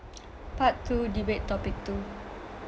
part two debate topic two